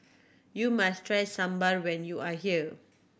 you must try Sambar when you are here